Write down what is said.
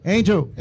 Angel